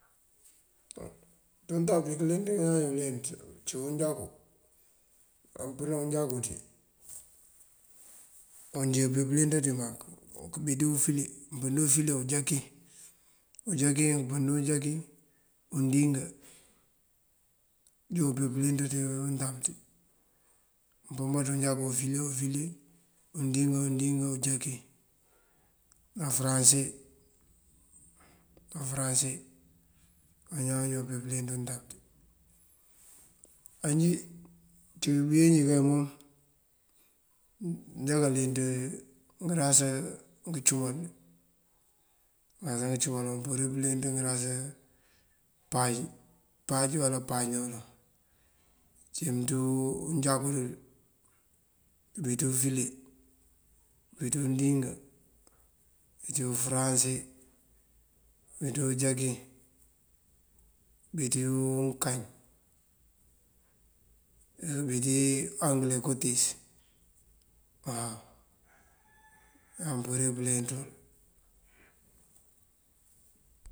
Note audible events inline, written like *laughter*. *hesitation* Dí untab kёleenţ inje bañaan kёleenţa cúun unjakú. Umpën ţí unjakú ţí, mënjee këleenţa ţí mak, këbí dí ufule. Umpën ţí ufule, unjakin unjakin. Umpën ţí unjakin, undingá. Yun peewun pëleenţa ţí untab ţí: umpën bá ţí unjakú, ufule o ufule, undingá o undingá, unjakin ná fëranse. Ná fëranse bañaan já bujá bëleenţ ţí untab ţí. Á njí ţí uwínjí mom manjá këleenţ ngërasa ngëcumal. Ngërasa ngëcumal, mëmpurir këleenţ ngërasa páaj. Páaj uwala páaj ná uloŋ ucí mënţu unjakú dël bí ţí ufule, bí ţí undingá, bí ţí ufёranse, bí ţí ujakin, bí ţí unkañ, *hesitation* bí ţí angële kotíis wawa. *noise* ngan bëliyëng manjá kaleenţ ngul.